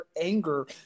anger –